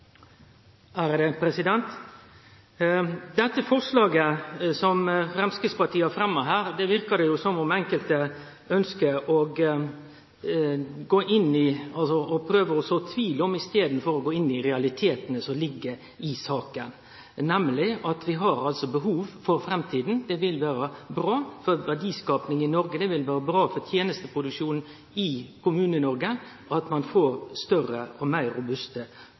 slikt forslag. Dette forslaget som Framstegspartiet har fremma her, verkar det som enkelte ønskjer å prøve å så tvil om i staden for å gå inn i realitetane i saka, nemleg at det vil vere bra for verdiskapinga i Noreg og for tenesteproduksjonen i Kommune-Noreg at ein får større og meir robuste